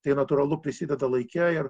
tai natūralu prisideda laike ir